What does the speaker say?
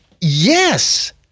Yes